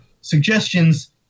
suggestions